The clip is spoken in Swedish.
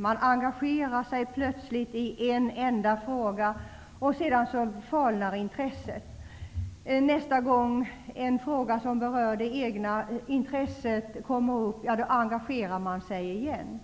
Man engagerar sig plötsligt i en enda fråga, och sedan falnar intresset. Nästa gång en fråga som rör det egna intresset kommer upp engagerar man sig igen.